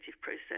process